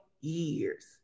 years